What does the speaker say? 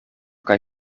kaj